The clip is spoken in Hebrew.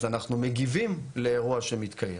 אז אנחנו מגיבים לאירוע שמתקיים.